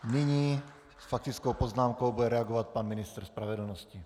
Nyní s faktickou poznámkou bude reagovat pan ministr spravedlnosti.